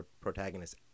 protagonist